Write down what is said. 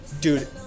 dude